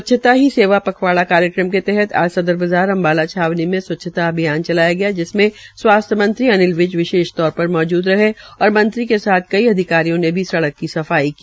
स्वच्छता ही सेवा पखवाड़ा के तहत आज सदर बाज़ार अम्बाला छावनी में स्वच्छता अभियान चलाया गया जिसमें स्वास्थ्य मंत्री अनिल विज विशेष रूप से मौजूद रहे और मंत्री के साथ कई अधिकारियों ने भी सड़क पर सफाई की